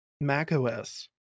macOS